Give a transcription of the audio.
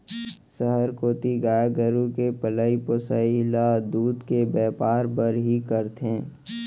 सहर कोती गाय गरू के पलई पोसई ल दूद के बैपार बर ही करथे